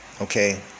Okay